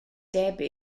debyg